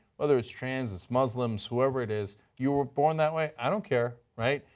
whether it's trans, it's muslims, whoever it is. you were born that way, i don't care. right?